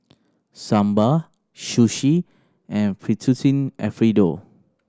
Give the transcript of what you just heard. Sambar Sushi and Fettuccine Alfredo